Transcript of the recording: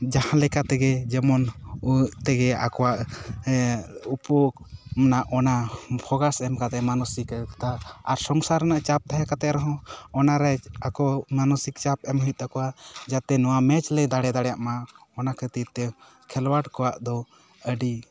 ᱡᱟᱦᱟ ᱞᱮᱠᱟ ᱛᱮᱜᱮ ᱡᱮᱢᱚᱱ ᱛᱮᱜᱮ ᱟᱠᱚᱭᱟᱜ ᱩᱯᱚ ᱚᱱᱟ ᱵᱷᱚᱜᱟᱥ ᱮᱢᱠᱟᱛᱮ ᱢᱟᱱᱚᱥᱤᱠᱚᱛᱟ ᱟᱨ ᱥᱚᱝᱥᱟᱨ ᱨᱮᱱᱟᱜ ᱪᱟᱯ ᱠᱟᱛᱮ ᱨᱮᱦᱚᱸ ᱚᱱᱟ ᱟᱠᱚ ᱢᱟᱱᱚᱥᱤᱠ ᱪᱟᱯ ᱮᱢ ᱦᱩᱭᱩᱜ ᱛᱟᱠᱚᱭᱟ ᱡᱟᱛᱮ ᱱᱚᱶᱟ ᱢᱮᱡ ᱞᱮ ᱫᱟᱲᱮ ᱫᱟᱲᱮᱭᱟᱜ ᱢᱟ ᱚᱱᱟ ᱠᱷᱟᱹᱛᱤᱨ ᱛᱮ ᱠᱷᱮᱞᱣᱟᱰ ᱠᱚᱶᱟᱜ ᱫᱚ ᱟᱹᱰᱤ